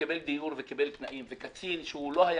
קיבל דיור וקיבל תנאים ואילו קצין שלא היה